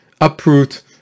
uproot